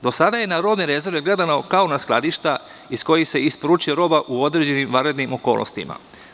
Do sada je na robne rezerve gledano kao na skladišta iz kojih se isporučuje roba u određenim vanrednim okolnostima.